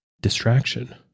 distraction